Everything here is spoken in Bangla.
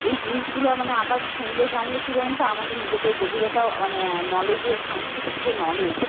এই জিনিসগুলো মানে আবার শুনলে জানলে কী বলুন তো আমাদের নিজেদের গভীরতাও মানে নলেজের সাংস্কৃতিক যে নলেজ